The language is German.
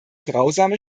grausame